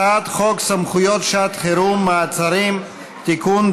הצעת חוק סמכויות שעת חירום (מעצרים) (תיקון,